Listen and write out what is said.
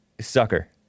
sucker